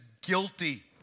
guilty